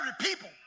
people